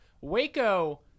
waco